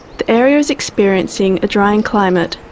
the area is experiencing a drying climate,